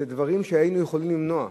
אלה דברים שהיינו יכולים למנוע.